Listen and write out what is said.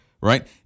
Right